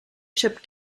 chip